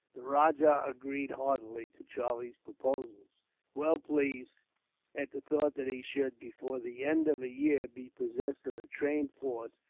the rajah agreed, heartily, to charlie's proposals well pleased at the thought that he should, before the end of a year, be possessed of a trained force,